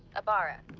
abara,